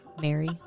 Mary